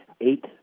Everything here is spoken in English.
eight